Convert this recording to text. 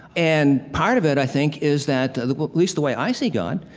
and part of it, i think, is that, at least the way i see god,